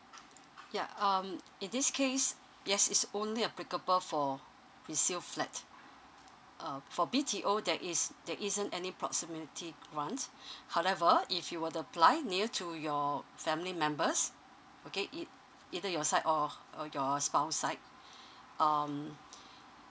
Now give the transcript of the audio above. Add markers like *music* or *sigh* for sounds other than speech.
yeah um in this case yes it's only applicable for resale flat uh for B_T_O there is there isn't any proximity grant *breath* however if you were to apply near to your family members okay it either your side or *breath* or your spouse side um *breath*